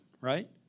right